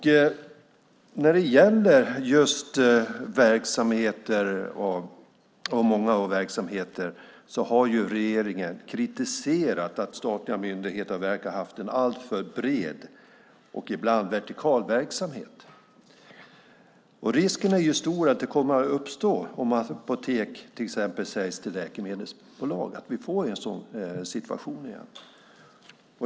När det gäller många verksamheter har regeringen kritiserat att statliga myndigheter verkar ha haft en alltför bred och ibland vertikal verksamhet. Om apotek till exempel säljs till läkemedelsbolag är risken stor att det kommer att uppstå en sådan situation igen.